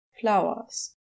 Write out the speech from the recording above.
flowers